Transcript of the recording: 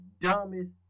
dumbest